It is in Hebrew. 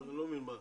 אני לא מבין,